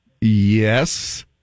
Yes